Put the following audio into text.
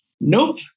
Nope